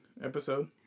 episode